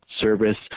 service